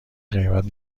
غیبت